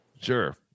sure